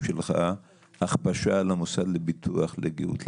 שלך הכפשה על המוסד לביטוח לגיהות?